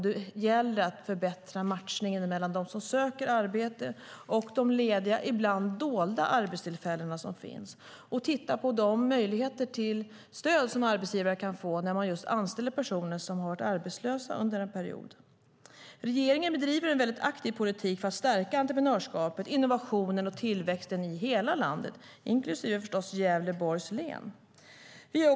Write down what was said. Det gäller att förbättra matchningen mellan dem som söker arbeten och de lediga, ibland dolda, arbetstillfällen som finns och att titta på de möjligheter till stöd som arbetsgivare kan få när de anställer personer som har varit arbetslösa under en period. Regeringen bedriver en aktiv politik för att stärka entreprenörskapet, innovationen och tillväxten i hela landet, inklusive Gävleborgs län, förstås.